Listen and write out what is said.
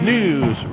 News